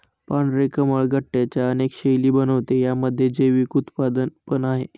पांढरे कमळ गट्ट्यांच्या अनेक शैली बनवते, यामध्ये जैविक उत्पादन पण आहे